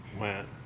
went